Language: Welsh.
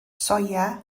soia